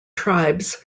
tribes